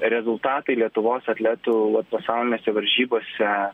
rezultatai lietuvos atletų pasaulinėse varžybose